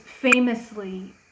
famously